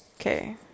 Okay